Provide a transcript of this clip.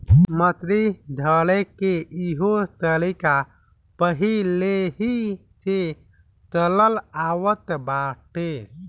मछली धरेके के इहो तरीका पहिलेही से चलल आवत बाटे